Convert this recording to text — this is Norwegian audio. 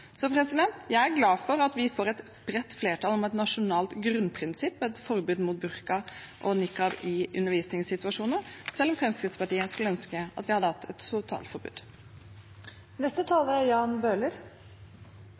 Jeg er glad for at vi får et bredt flertall om et nasjonalt grunnprinsipp og et forbud mot burka og nikab i undervisningssituasjoner, selv om Fremskrittspartiet skulle ønske at vi hadde hatt et totalforbud.